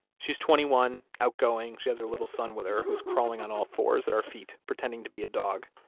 she's twenty one, outgoing. she has her little son with her, who's crawling on all fours at our feet, pretending to be a dog.